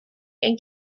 and